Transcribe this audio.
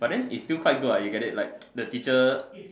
but then it's still quite good ah you get it like the teacher